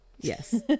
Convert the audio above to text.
Yes